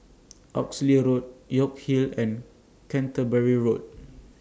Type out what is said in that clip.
Oxley Road York Hill and Canterbury Road